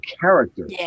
character